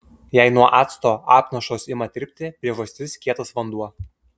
jei nuo acto apnašos ima tirpti priežastis kietas vanduo